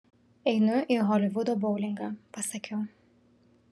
einu į holivudo boulingą pasakiau